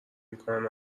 میکنن